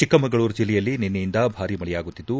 ಚಿಕ್ಕಮಗಳೂರು ಜಿಲ್ಲೆಯಲ್ಲಿ ನಿನ್ನೆ ಯಿಂದ ಭಾರೀ ಮಳೆಯಾಗುತ್ತಿದ್ದು